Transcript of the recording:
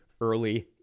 early